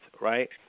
right